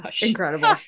Incredible